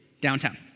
downtown